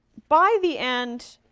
by the end,